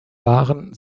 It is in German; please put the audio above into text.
waren